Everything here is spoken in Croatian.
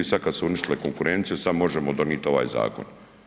I sada kada su uništile konkurenciju sada možemo donijet ovaj zakon.